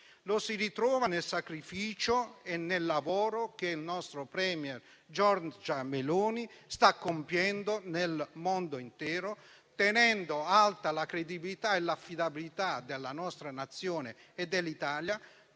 piazze, ma nel sacrificio e nel lavoro che il nostro *premier* Giorgia Meloni sta compiendo nel mondo intero, tenendo alta la credibilità e l'affidabilità della nostra Nazione, dell'Italia,